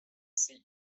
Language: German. sie